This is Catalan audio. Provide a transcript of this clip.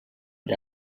per